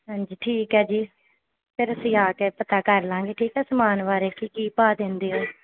ਹਾਂਜੀ ਠੀਕ ਹੈ ਜੀ ਫਿਰ ਅਸੀਂ ਆ ਕੇ ਪਤਾ ਕਰ ਲਾਂਗੇ ਠੀਕ ਹੈ ਸਮਾਨ ਬਾਰੇ ਕਿ ਕੀ ਭਾਅ ਦਿੰਦੇ ਹੈ